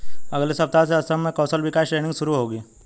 अगले सप्ताह से असम में कौशल विकास ट्रेनिंग शुरू होगी